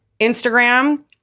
Instagram